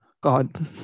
God